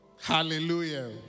Hallelujah